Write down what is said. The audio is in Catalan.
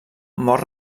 mor